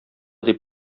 дип